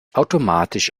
automatisch